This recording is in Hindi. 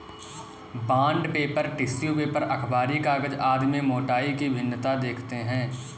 बॉण्ड पेपर, टिश्यू पेपर, अखबारी कागज आदि में मोटाई की भिन्नता देखते हैं